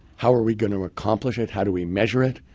how are we going to accomplish it? how do we measure it?